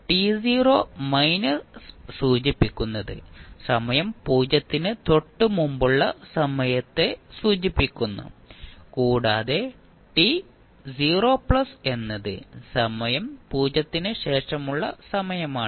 അതിനാൽ t0 minus സൂചിപ്പിക്കുന്നത് സമയം 0 ന് തൊട്ടുമുമ്പുള്ള സമയത്തെ സൂചിപ്പിക്കുന്നു കൂടാതെ t 0 പ്ലസ് എന്നത് സമയം 0 ന് ശേഷമുള്ള സമയമാണ്